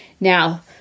Now